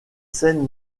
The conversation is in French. scènes